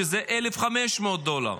שזה 1,500 דולר.